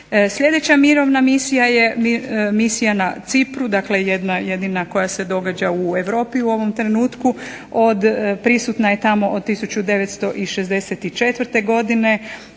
Sljedeća mirovna misija je misija na Cipru jedna jedina koja se događa u europi u ovom trenutku, prisutna je tamo od 1964. godine